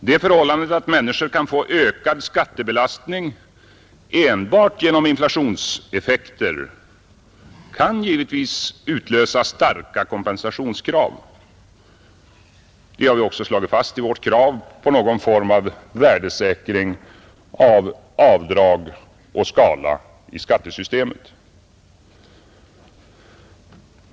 Det förhållandet att människorna kan få ökad skattebelastning enbart genom inflationseffekter kan givetvis utlösa starka kompensationskrav. Vi har också slagit fast ett krav på någon form av värdesäkring för avdrag och skalan i skattesystemet.